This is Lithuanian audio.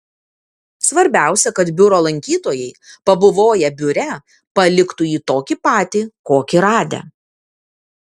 svarbiausia kad biuro lankytojai pabuvoję biure paliktų jį tokį patį kokį radę